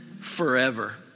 forever